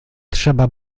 trzeba